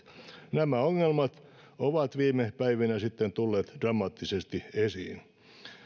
nämä ongelmat ovat viime päivinä sitten tulleet dramaattisesti esiin